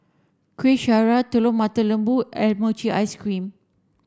Kuih Syara Telur Mata Lembu and mochi ice cream